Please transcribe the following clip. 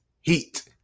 heat